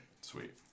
Sweet